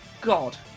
God